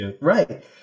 Right